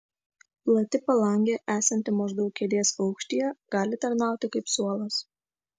plati palangė esanti maždaug kėdės aukštyje gali tarnauti kaip suolas